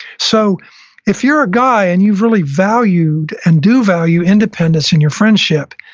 so if you're a guy and you've really valued and do value independence in your friendship,